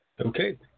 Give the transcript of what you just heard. Okay